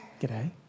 G'day